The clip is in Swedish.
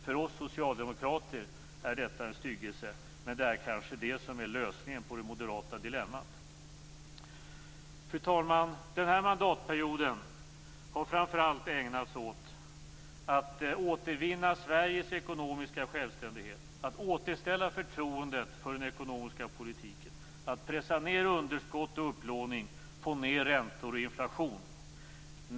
För oss socialdemokrater är detta en styggelse, men det kanske är det som är lösningen på det moderata dilemmat. Fru talman! Den här mandatperioden har framför allt ägnats åt att återvinna Sveriges ekonomiska självständighet, att återställa förtroendet för den ekonomiska politiken, att pressa ned underskott och upplåning samt att få ned räntor och inflation.